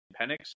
Penix